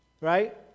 right